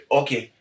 okay